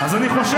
בגלל זה